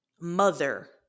mother